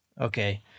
Okay